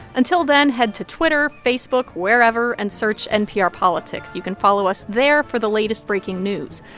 until then, head to twitter, facebook, wherever, and search npr politics. you can follow us there for the latest breaking news.